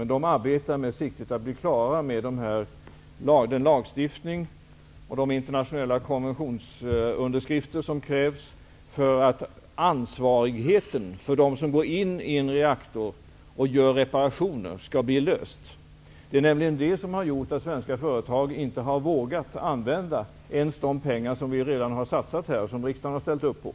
Den litauiska regeringen arbetar med sikte på att bli klar med den lagstiftning och de underskrifter av den internationella konvention som krävs för att ansvarighetsfrågan för dem som gör reparationer i en reaktor skall lösas. Det är det som har gjort att svenska företag inte har vågat använda ens de pengar vi har satsat och som riksdagen har ställt upp på.